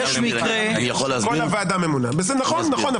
נכון.